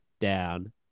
down